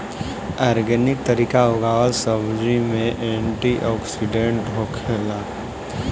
organic तरीका उगावल सब्जी में एंटी ओक्सिडेंट होखेला